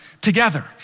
together